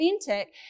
authentic